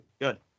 Good